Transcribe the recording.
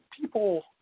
people